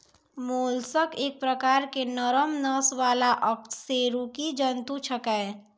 mollusc एक प्रकार के नरम नस वाला अकशेरुकी जंतु छेकै